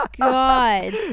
God